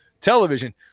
television